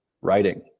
writing